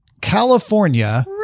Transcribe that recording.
California